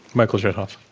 michael chertoff.